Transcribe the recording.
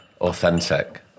authentic